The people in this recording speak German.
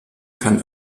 kann